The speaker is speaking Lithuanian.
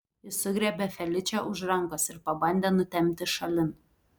jis sugriebė feličę už rankos ir pabandė nutempti šalin